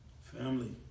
Family